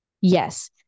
yes